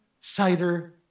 cider